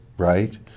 right